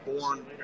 born